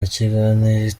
ikiganiro